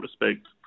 respect